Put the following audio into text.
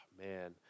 Man